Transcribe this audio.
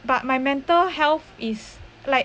but my mental health is like